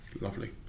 lovely